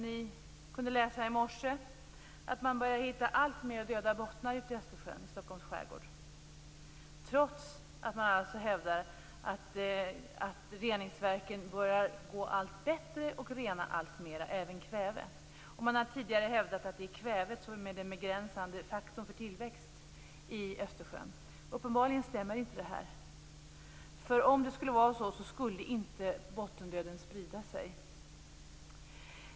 Ni kunde läsa i tidningen i morse att man börjar hitta alltmer döda bottnar i Stockholms skärgård, trots att man hävdar att reningsverken börjar gå allt bättre och renar alltmer, även kväve. Man har tidigare hävdat att det är kvävet som är den begränsande faktorn för tillväxt i Östersjön. Uppenbarligen stämmer inte detta. Om det skulle vara så skulle inte bottendöden sprida sig.